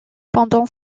pendant